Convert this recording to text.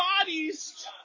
bodies